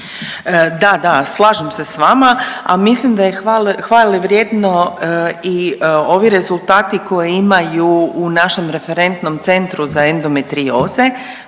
Da, da slažem se s vama, a mislim da je hvale vrijedno i ovi rezultati koje imaju u našem referentnom centru za endometrioze,